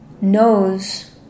knows